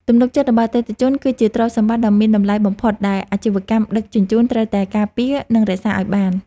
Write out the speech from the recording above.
ទំនុកចិត្តរបស់អតិថិជន គឺជាទ្រព្យសម្បត្តិដ៏មានតម្លៃបំផុតដែលអាជីវកម្មដឹកជញ្ជូនត្រូវតែការពារ និងរក្សាឱ្យបាន។